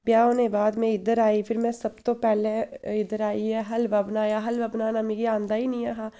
ब्याह् होने बाद में इद्धर आई फिर में सब तों पैह्लें में इद्धर आइयै हलवा बनाया हलवा बनाना मिगी औंदा गै निं है हा